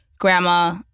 Grandma